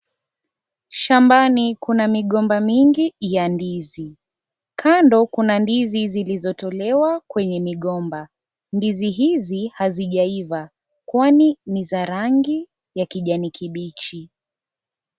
Shambani kuna migomba mingi ya ndizi. Kando kuna ndizi zilizotolewa kwenye migomba, ndizi hizi hazijaiva, kwani ni za rangi ya kijani kibichi.